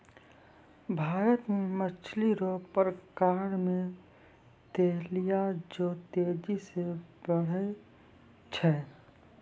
भारत मे मछली रो प्रकार मे तिलैया जे तेजी से बड़ै छै